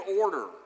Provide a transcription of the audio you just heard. order